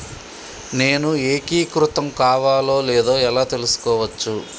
నేను ఏకీకృతం కావాలో లేదో ఎలా తెలుసుకోవచ్చు?